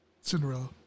Cinderella